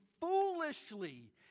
foolishly